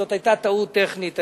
זאת היתה טעות טכנית,